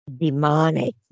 demonic